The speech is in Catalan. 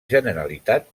generalitat